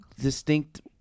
distinct